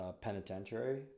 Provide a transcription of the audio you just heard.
penitentiary